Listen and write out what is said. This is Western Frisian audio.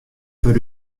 foar